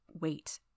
Wait